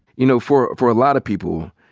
you know, for for a lot of people,